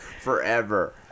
forever